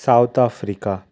South Africa